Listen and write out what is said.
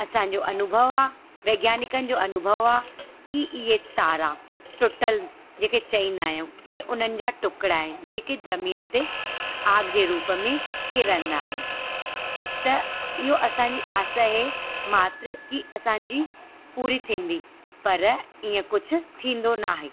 असांजो अनुभव आहे वैज्ञानिकनि जो अनुभव आहे की इहे तारा टुटल जंहिंखे चवंदा आहियूं इहे उन्हनि जा टुकिड़ा आहिनि जेके ज़मीन ते आग जे रूप में किरंदा आहिनि त इहो असांजी आस जे मात्र की असांजी पूरी थींदी पर ईअं कुझु थींदो न आहे